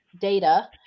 data